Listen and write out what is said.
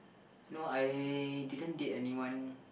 no I didn't date anyone